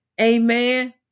amen